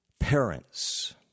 parents